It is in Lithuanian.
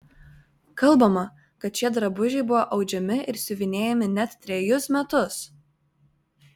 kalbama kad šie drabužiai buvo audžiami ir siuvinėjami net trejus metus